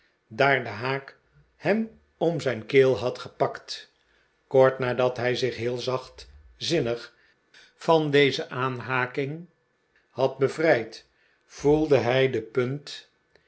daar de haak hem om zijn keel had gepakt kort nadat hij zich heel zachtzinnig van deze aanhaking had bevrijd voelde hij de punt